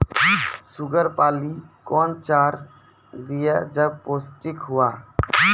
Sugar पाली कौन चार दिय जब पोस्टिक हुआ?